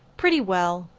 pretty well.